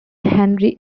henry